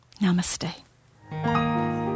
Namaste